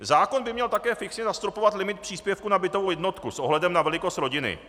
Zákon by měl také fixně zastropovat limit příspěvku na bytovou jednotku s ohledem na velikost rodiny.